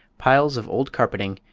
piles of old carpeting,